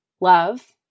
love